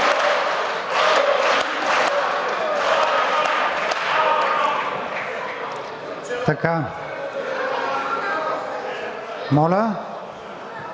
Моля?